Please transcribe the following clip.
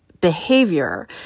behavior